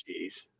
jeez